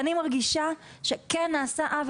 כי אני מרגישה שכן נעשה עוול.